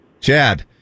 Chad